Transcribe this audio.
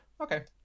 Okay